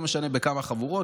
לא משנה בכמה חבורות.